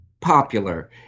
popular